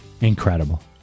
Incredible